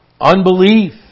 unbelief